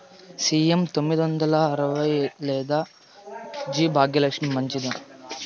CM తొమ్మిది వందల అరవై లేదా జి భాగ్యలక్ష్మి మంచిదా?